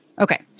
okay